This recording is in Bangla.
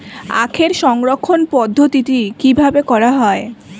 আখের সংরক্ষণ পদ্ধতি কিভাবে করা হয়?